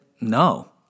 no